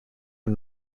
are